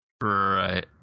Right